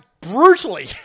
Brutally